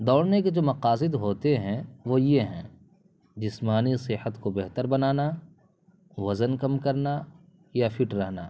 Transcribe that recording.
دوڑنے کے جو مقاصد ہوتے ہیں وہ یہ ہیں جسمانی صحت کو بہتر بنانا وزن کم کرنا یا فٹ رہنا